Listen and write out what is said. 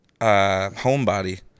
homebody